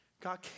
God